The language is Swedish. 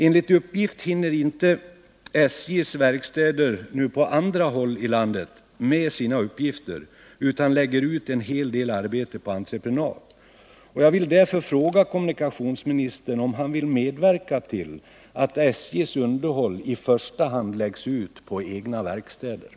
Enligt vad som meddelats hinner nu SJ:s verkstäder på andra håll i landet inte med sina uppgifter, utan lägger ut en hel del arbete på entreprenad. Jag vill därför fråga kommunikationsministern, om han vill medverka till att SJ:s underhåll i första hand läggs ut på egna verkstäder.